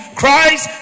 christ